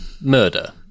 murder